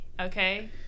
Okay